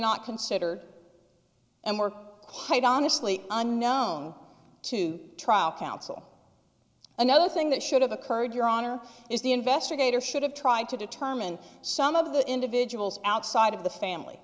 not considered and were paid honestly unknown to trial counsel another thing that should have occurred your honor is the investigator should have tried to determine some of the individuals outside of the family